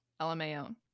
LMAO